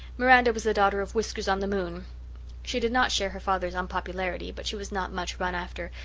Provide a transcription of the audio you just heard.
miranda was the daughter of whiskers-on-the-moon she did not share her father's unpopularity but she was not much run after,